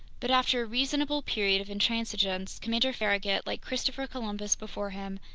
but after a reasonable period of intransigence, commander farragut, like christopher columbus before him,